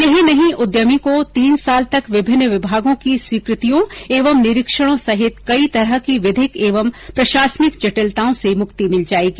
यही नहीं उद्यमी को तीन साल तक विभिन्न विभागों की स्वीकृतियों एवं निरीक्षणों सहित कई तरह की विधिक एवं प्रशासनिक जटिलताओं से मुक्ति मिल जाएगी